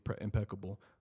impeccable